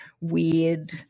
weird